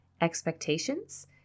expectations